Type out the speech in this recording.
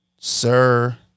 Sir